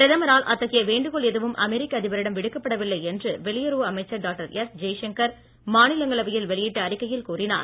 பிரதமரால் அத்தகைய வேண்டுகோள் எதுவும் அமெரிக்கா அதிபரிடம் விடுக்கப்படவில்லை என்று வெளியுறவு அமைச்சர் டாக்டர் ஜெய்சங்கர் மாநிலங்களவையில் வெளியிட்ட அறிக்கையில் கூறினார்